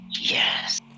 Yes